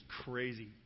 Crazy